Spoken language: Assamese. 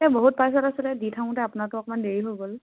এই আপোনোৰ অকমান দেৰি হ'ল